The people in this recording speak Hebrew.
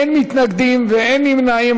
אין מתנגדים ואין נמנעים.